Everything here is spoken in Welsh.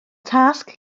tasg